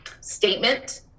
statement